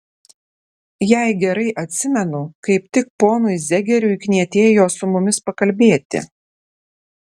jei gerai atsimenu kaip tik ponui zegeriui knietėjo su mumis pakalbėti